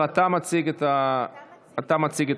רבותיי,